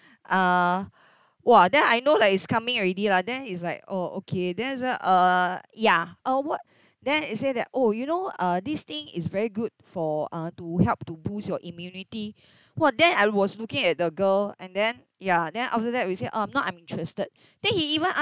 uh !wah! then I know like it's coming already lah then it's like oh okay then I just uh ya uh what then he say that oh you know uh this thing is very good for uh to help to boost your immunity !wah! then I was looking at the girl and then ya then after that we say um not um interested then he even